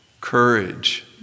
courage